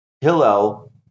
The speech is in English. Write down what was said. Hillel